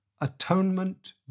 atonement